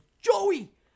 Joey